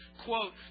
quote